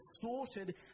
distorted